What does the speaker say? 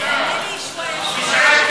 מותר.